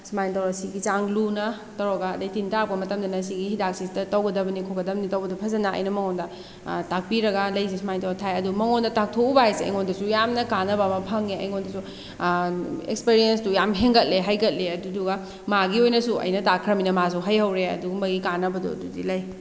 ꯁꯨꯃꯥꯏꯅ ꯇꯧꯔ ꯁꯤꯒꯤ ꯆꯥꯡ ꯂꯨꯅ ꯇꯧꯔꯒ ꯑꯗꯩ ꯇꯤꯟ ꯇꯥꯔꯛꯄ ꯃꯇꯝꯗꯅ ꯁꯤꯒꯤ ꯍꯤꯗꯥꯛꯁꯦ ꯇꯧꯒꯗꯕꯅꯤ ꯈꯣꯠꯀꯗꯕꯅꯤ ꯇꯧꯕꯗꯨ ꯐꯖꯅ ꯑꯩꯅ ꯃꯉꯣꯟꯗ ꯇꯥꯛꯄꯤꯔꯒ ꯂꯩꯁꯤ ꯁꯨꯃꯥꯏꯅ ꯇꯧꯔꯒ ꯊꯥꯏ ꯑꯗꯣ ꯃꯉꯣꯟꯗ ꯇꯥꯛꯊꯣꯛꯎꯕ ꯍꯥꯏꯁꯦ ꯑꯩꯉꯣꯟꯗꯁꯨ ꯌꯥꯝꯅ ꯀꯥꯟꯅꯕ ꯑꯃ ꯐꯪꯉꯦ ꯑꯩꯉꯣꯟꯗꯁꯨ ꯑꯦꯛꯁꯄꯔꯦꯟꯁꯇꯨ ꯌꯥꯝ ꯍꯦꯟꯒꯠꯂꯦ ꯍꯥꯏꯒꯠꯂꯦ ꯑꯗꯨꯗꯨꯒ ꯃꯥꯒꯤ ꯑꯣꯏꯅꯁꯨ ꯑꯩꯅ ꯇꯥꯛꯈ꯭ꯔꯃꯤꯅ ꯃꯥꯁꯨ ꯍꯩꯍꯧꯔꯦ ꯑꯗꯨꯒꯨꯝꯕꯒꯤ ꯀꯥꯟꯅꯕꯗꯨ ꯑꯗꯨꯗꯤ ꯂꯩ